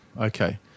okay